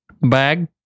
bag